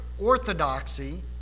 orthodoxy